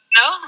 no